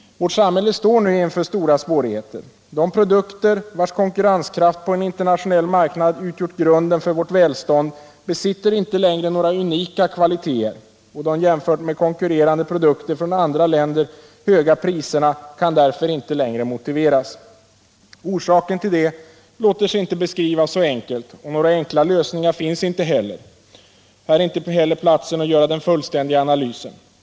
Vårt samhälle står nu inför stora svårigheter. De produkter vilkas konkurrenskraft på en internationell marknad utgjort grunden för vårt välstånd besitter inte längre några unika kvaliteter, och de jämfört med konkurrerande produkter från andra länder höga priserna kan därför inte längre motiveras. Orsaken till det låter sig inte beskrivas så enkelt, och några enkla lösningar finns inte heller. Här är inte platsen att göra den fullständiga analysen.